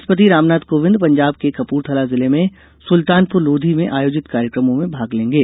राष्ट्रपति रामनाथ कोविंद पंजाब के कप्रथला जिले में सुलतानपुर लोधी में आयोजित कार्यक्रमों में भाग लेंगे